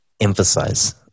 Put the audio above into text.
emphasize